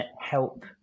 help